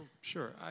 Sure